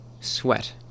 sweat